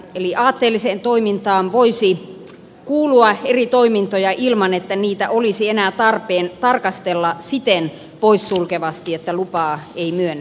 eli aatteelliseen toimintaan voisi kuulua eri toimintoja ilman että niitä olisi enää tarpeen tarkastella siten poissulkevasti että lupaa ei myönnettäisi